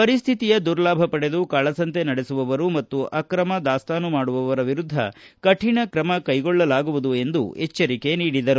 ಪರಿಸ್ಥಿತಿಯ ದುರ್ಲಾಭ ಪಡೆದು ಕಾಳಸಂತೆ ನಡೆಸುವವರು ಮತ್ತು ಆಕ್ರಮ ದಾಸ್ತಾನು ಮಾಡುವವರು ವಿರುದ್ದ ಕಠಿಣ ಕ್ರಮ ಕೈಗೊಳ್ಳಲಾಗುವುದು ಎಂದು ಎಚ್ಚರಿಕೆ ನೀಡಿದರು